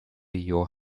your